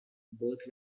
both